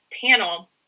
panel